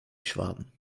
schwaben